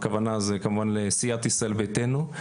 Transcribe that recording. הכוונה לסיעת ישראל ביתנו.